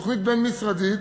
תוכנית בין-משרדית